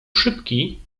szybki